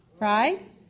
right